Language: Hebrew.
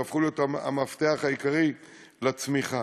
שהפכו להיות המפתח העיקרי לצמיחה.